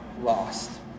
lost